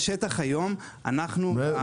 לא,